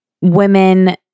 women